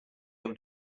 able